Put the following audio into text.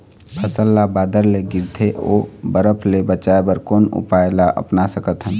फसल ला बादर ले गिरथे ओ बरफ ले बचाए बर कोन उपाय ला अपना सकथन?